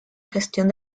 gestión